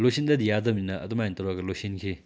ꯂꯣꯏꯁꯤꯟꯗꯕꯗꯤ ꯌꯥꯗꯕꯅꯤꯅ ꯑꯗꯨꯝꯍꯥꯏꯅ ꯇꯧꯔꯒ ꯂꯣꯏꯁꯤꯟꯈꯤ